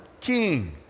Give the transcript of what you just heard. king